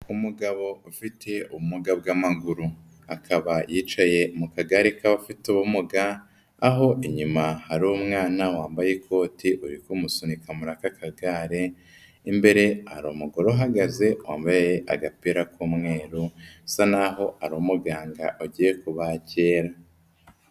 Umugabo ufite ubumuga bw'amaguru, akaba yicaye mu kagari k'abafite ubumuga aho inyuma hari umwana wambaye ikoti uri kumusunika muri aka kagare, imbere hari umugore uhagaze wambaye agapira k'umweru usa n'aho ari umuganga ugiye kubakira.